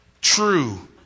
true